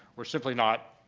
we're simply not